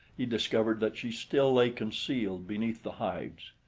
he discovered that she still lay concealed beneath the hides.